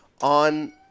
on